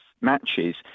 matches